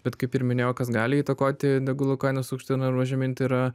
bet kaip ir minėjau kas gali įtakoti degalų kainas aukštyn arba žemyn tai yra